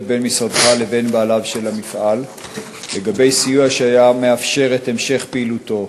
בין משרדך לבין בעליו לגבי סיוע שהיה מאפשר את המשך פעילותו,